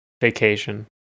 vacation